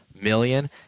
million